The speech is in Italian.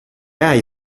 hai